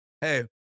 Hey